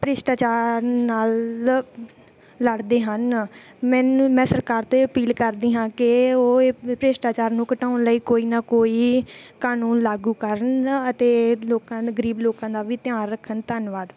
ਭ੍ਰਿਸ਼ਟਾਚਾਰ ਨਾਲ ਲੜਦੇ ਹਨ ਮੈਨੂੰ ਮੈਂ ਸਰਕਾਰ ਤੋਂ ਇਹ ਅਪੀਲ ਕਰਦੀ ਹਾਂ ਕਿ ਉਹ ਇਹ ਭ੍ਰਿਸ਼ਟਾਚਾਰ ਨੂੰ ਘਟਾਉਣ ਲਈ ਕੋਈ ਨਾ ਕੋਈ ਕਾਨੂੰਨ ਲਾਗੂ ਕਰਨ ਅਤੇ ਲੋਕਾਂ ਦੇ ਗਰੀਬ ਲੋਕਾਂ ਦਾ ਵੀ ਧਿਆਨ ਰੱਖਣ ਧੰਨਵਾਦ